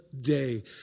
day